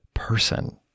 Person